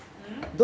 hmm